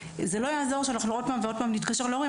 זה לא יעזור שנתקשר שוב ושוב להורים,